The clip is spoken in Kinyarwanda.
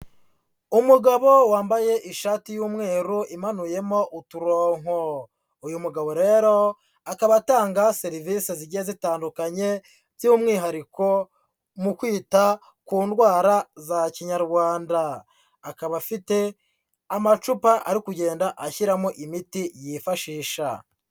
Umugabo wambaye ishati y'umweru imanuyemo uturonko, uyu mugabo rero akaba atanga serivisi zigiye zitandukanye by'umwihariko mu kwita ku ndwara za Kinyarwanda, akaba afite amacupa ari kugenda ashyiramo imiti yifashisha.